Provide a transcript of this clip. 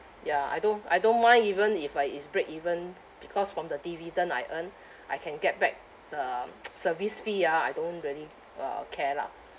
ya I don't I don't mind even if uh is break even because from the dividend I earn I can get back the service fee ah I don't really uh care lah